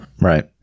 right